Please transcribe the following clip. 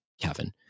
Kevin